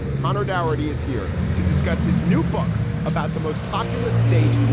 connor darity is here to discuss his new book about the most populous state,